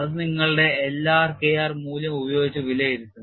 അത് നിങ്ങളുടെ L r K r മൂല്യം ഉപയോഗിച്ച് വിലയിരുത്തും